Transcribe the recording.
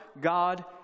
God